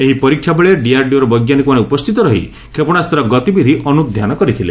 ଏହି ପରୀକ୍ଷା ବେଳେ ଡିଆର୍ଡିଓର ବୈଙ୍କାନିକମାନେ ଉପସ୍ତିତ ରହି କ୍ଷେପଣାସ୍ତର ଗତିବିଧି ଅନୁଧ୍ଯାନ କରିଥିଲେ